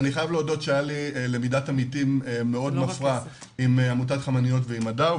אני חייב להודות שהיה לי למידת עמיתים עם עמותת "חמניות" ועם הדר.